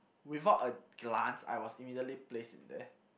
without a glance I was immediately place in there